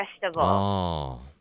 Festival